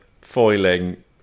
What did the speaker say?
foiling